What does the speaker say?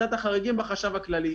לוועדת החריגים בחשב הכללי.